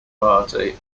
party